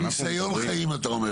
מניסיון חיים אתה אומר את זה.